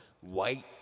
White